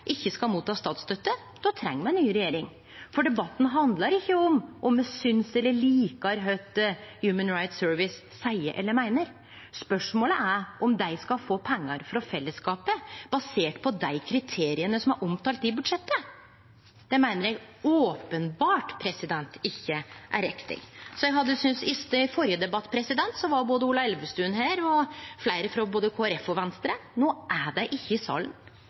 ikkje skal motta statsstøtte, treng me ei ny regjering. For debatten handlar ikkje om me likar kva Human Rights Service seier eller meiner. Spørsmålet er om dei skal få pengar frå fellesskapet basert på dei kriteria som er omtalte i budsjettet. Det meiner eg ikkje er riktig. I den førre debatten var både representanten Ola Elvestuen og fleire frå Kristeleg Folkeparti og Venstre her. No er dei ikkje i salen.